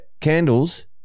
candles